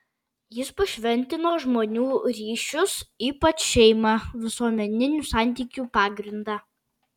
jis pašventino žmonių ryšius ypač šeimą visuomeninių santykių pagrindą